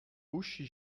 uschi